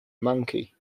monkey